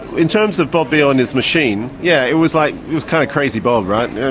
in terms of bob beale and his machine, yeah it was like, it was kind of crazy bob, right? yeah